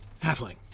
Halfling